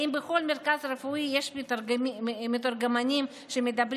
האם בכל מרכז רפואי יש מתורגמנים שמדברים